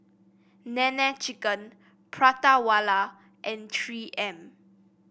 Nene Chicken Prata Wala and Three M